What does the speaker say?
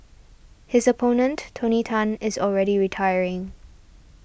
his opponent Tony Tan is already retiring